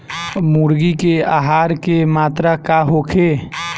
मुर्गी के आहार के मात्रा का होखे?